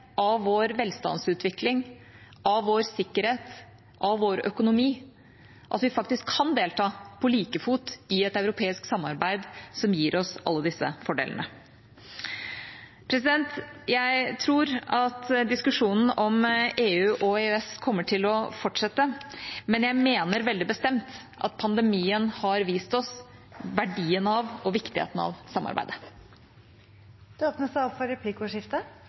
av vår velstandsutvikling, av vår sikkerhet og av vår økonomi at vi faktisk kan delta på like fot i et europeisk samarbeid som gir oss alle disse fordelene. Jeg tror at diskusjonen om EU og EØS kommer til å fortsette, men jeg mener veldig bestemt at pandemien har vist oss verdien av og viktigheten av samarbeidet. Det blir replikkordskifte. Vi er jo enige om at pandemien har understreket behovet for